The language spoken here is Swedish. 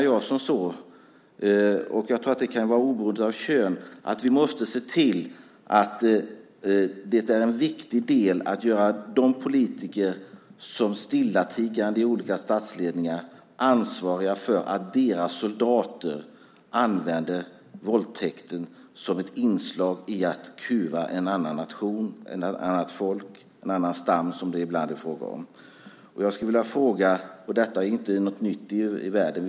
Jag menar, och jag tror att det kan vara oberoende av kön, att det är viktigt att göra de politiker i olika statsledningar som stillatigande åser detta ansvariga för att deras soldater använder våldtäkten som ett inslag i att kuva en annan nation, ett annat folk eller en annan stam som det ibland är fråga om. Detta är inte något nytt i världen.